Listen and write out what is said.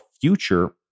future